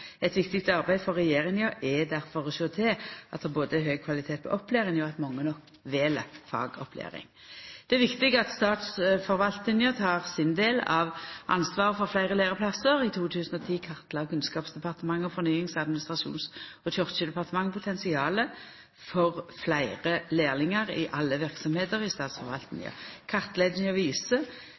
Eit viktig arbeid for regjeringa er difor å sjå til at det både er høg kvalitet på opplæringa, og at mange nok vel fagopplæring. Det er viktig at statsforvaltninga tek sin del av ansvaret for fleire læreplassar. I 2010 kartla Kunnskapsdepartementet og Fornyings-, administrasjons- og kyrkjedepartementet potensialet for fleire lærlingar i alle verksemder i statsforvaltninga. Kartlegginga viser,